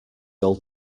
old